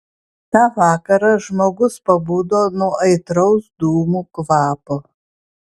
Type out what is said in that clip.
tą vakarą žmogus pabudo nuo aitraus dūmų kvapo